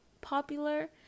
popular